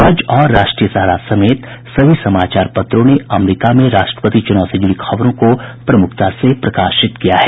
आज और राष्ट्रीय सहारा समेत सभी समाचार पत्रों ने अमेरीका में राष्ट्रपति चुनाव से जुड़ी खबरों को प्रमुखता से प्रकाशित किया है